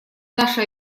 наши